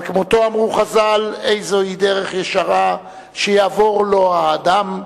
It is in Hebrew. על כמותו אמרו חז"ל: "איזוהי דרך ישרה שיבור לו האדם,